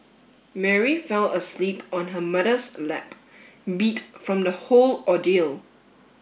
Mary fell asleep on her mother's lap beat from the whole ordeal